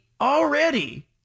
already